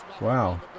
Wow